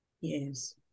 Yes